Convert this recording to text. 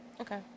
Okay